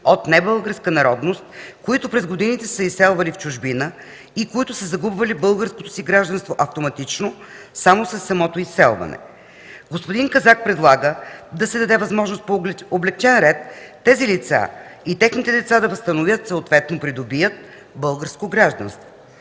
от небългарска народност”, които през годините са се изселвали в чужбина и които са загубвали българското си гражданство автоматично, със самото изселване. Господин Казак предлага да се даде възможност по облекчен ред тези лица и техните деца да възстановят, съответно придобият, българско гражданство.